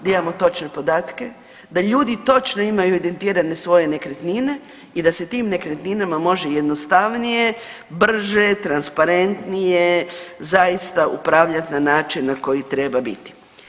Da imamo točne podatke, da ljudi točno imaju evidentirane svoje nekretnine i da se tim nekretninama može jednostavnije, brže, transparentnije zaista upravljati na način na koji treba biti.